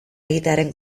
egitearen